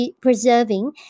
preserving